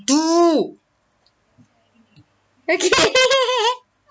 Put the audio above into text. do okay